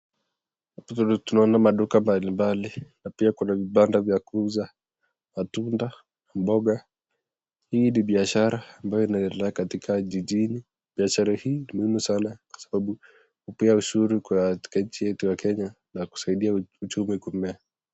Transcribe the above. Huku tunaona maduka ya aina mbalimbali, na pia kuna vibanda za kuuza matunda, mboga, hii ni biashara ambayo inadendelea katika jijini, biashara hii ni muhimu sana upea ushuru katika nchi yetu ya Kenya nakusaidia uchumi kumea.